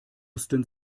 wussten